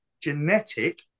genetic